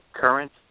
current